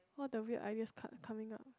all the weird ideas start coming up